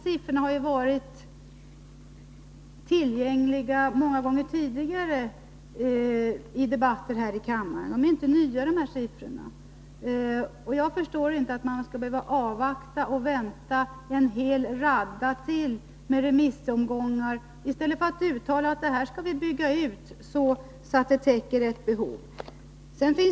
Siffrorna har ju varit tillgängliga många gånger tidigare i debatter här i kammaren. De är inte nya. Jag förstår inte att man behöver avvakta och invänta en hel radda remissomgångar i stället för att uttala att man skall bygga ut så att det täcker behovet.